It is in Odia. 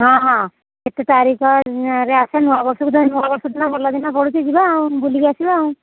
ହଁ ହଁ କେତେ ତାରିଖରେ ଆସ ନୂଆ ବର୍ଷକୁ ନୂଆ ବର୍ଷ ତ ଭଲ ଦିନ ପଡ଼ୁଛି ଯିବା ଆଉ ବୁଲିକି ଆସିବା ଆଉ